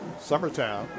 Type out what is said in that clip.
Summertown